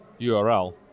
URL